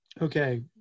okay